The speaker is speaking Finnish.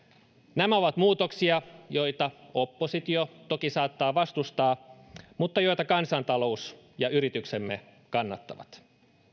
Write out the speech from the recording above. nämä ovat muutoksia joita oppositio toki saattaa vastustaa mutta joita kansantalous ja yrityksemme kannattavat